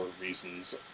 reasons